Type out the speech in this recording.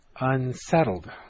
unsettled